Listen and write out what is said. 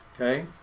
Okay